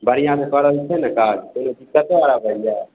बढ़िआँसँ कऽ रहल छै ने काज कोनो दिक्कतो आबैए